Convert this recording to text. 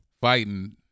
Fighting